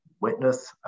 witness